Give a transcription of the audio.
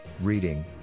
reading